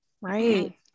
Right